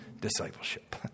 discipleship